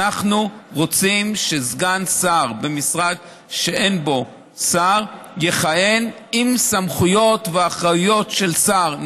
אנחנו רוצים שסגן שר במשרד שאין בו שר יכהן עם סמכויות ואחריות של שר,